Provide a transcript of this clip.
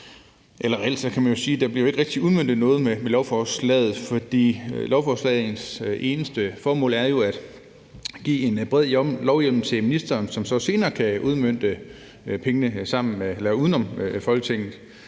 men reelt kan man jo sige, at der ikke rigtig bliver udmøntet noget med lovforslaget, fordi lovforslagets eneste formål jo er at give en bred lovhjemmel til ministeren, som så senere kan udmønte pengene uden om Folketinget.